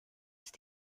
ist